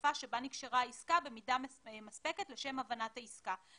השפה שבה נקשרה העסקה במידה מספקת לשם הבנת העסקה.